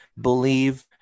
believe